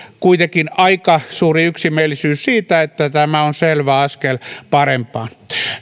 kuitenkin aika suuri yksimielisyys siitä että tämä on selvä askel parempaan